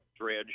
dredge